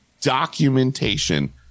documentation